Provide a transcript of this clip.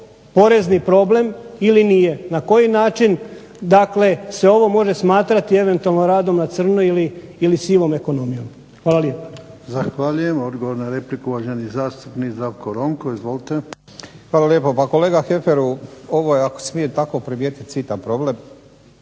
porezni problem ili nije, na koji način se ovo može smatrati eventualno radom na crno, ili sivom ekonomijom. Hvala lijepa.